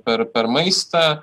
per per maistą